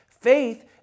Faith